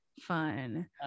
Fun